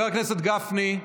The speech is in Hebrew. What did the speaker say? חבר הכנסת גפני,